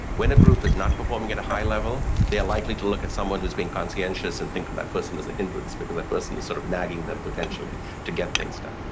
when a group is not performing at a high level, they are likely to look at someone who has been conscientious and think of that person as a hindrance because that person is sort of nagging them potentially to get things done.